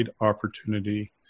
opportunity